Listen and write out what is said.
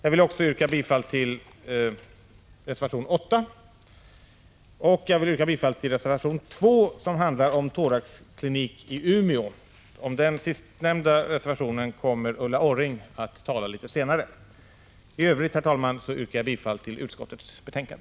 Jag yrkar också bifall till reservationerna 8 och 2. Den senare handlar om thoraxkirurgisk verksamhet i Umeå. Ulla Orring kommer litet senare i debatten att tala om denna reservation. I övrigt yrkar jag bifall till utskottets hemställan.